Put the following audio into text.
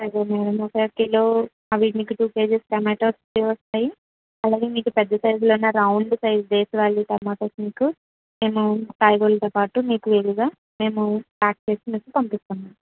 సరే మేడమ్ ఒక కిలో అవి మీకు టూ కేజీస్ టమాటాస్ వస్తాయి అలాగే మీకు పెద్ధ సైజ్లో ఉన్న రౌండ్ సైజ్ దేశవాళీ టమాటాస్ మీకు మేము కాయగూరలతో పాటు మీకు విడిగా మేము ప్యాక్ చేసి మీకు పంపిస్తాం మేడమ్